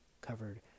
covered